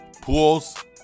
pools